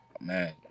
Man